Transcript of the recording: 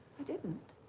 i didn't.